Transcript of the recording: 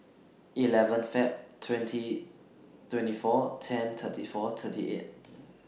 eleven Feb twenty twenty four ten thirty four thirty eight